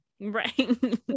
Right